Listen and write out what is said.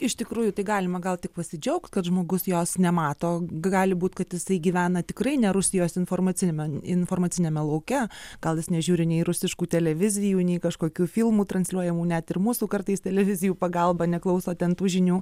iš tikrųjų tai galima gal tik pasidžiaugt kad žmogus jos nemato gali būt kad jisai gyvena tikrai ne rusijos informaciniame informaciniame lauke gal jis nežiūri nei rusiškų televizijų nei kažkokių filmų transliuojamų net ir mūsų kartais televizijų pagalba neklauso ten tų žinių